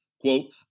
Quote